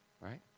right